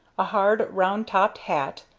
a hard, round-topped hat,